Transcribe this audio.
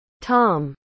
Tom